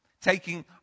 Taking